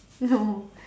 no